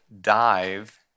dive